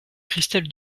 christelle